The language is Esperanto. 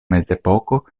mezepoko